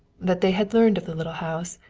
that they had learned of the little house,